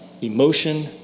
Emotion